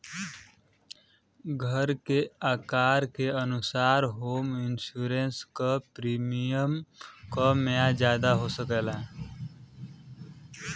घर के आकार के अनुसार होम इंश्योरेंस क प्रीमियम कम या जादा हो सकला